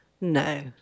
No